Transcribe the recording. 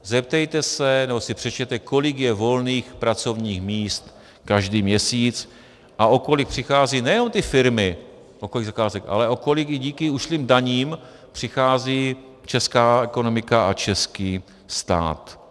Zeptejte se nebo si přečtěte, kolik je volných pracovních míst každý měsíc a o kolik přicházejí nejenom ty firmy, o kolik zakázek, ale o kolik i díky ušlým daním přichází česká ekonomika a český stát.